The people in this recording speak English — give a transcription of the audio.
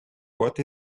what